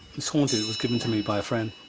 it's haunted, it was given to me by a friend.